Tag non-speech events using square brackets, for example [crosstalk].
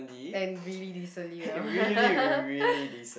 and really decently well [laughs]